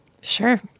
Sure